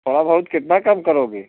थोड़ा बहुत कितना काम करोगे